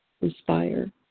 Inspire